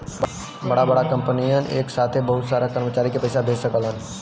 बड़ा बड़ा कंपनियन एक साथे बहुत सारा कर्मचारी के पइसा भेज सकलन